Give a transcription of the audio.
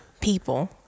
people